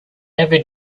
never